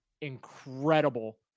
incredible